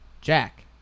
Jack